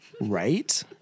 right